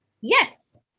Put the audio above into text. Yes